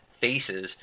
Faces